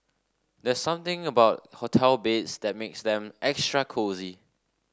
there's something about hotel beds that makes them extra cosy